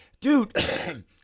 dude